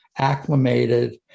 acclimated